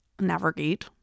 navigate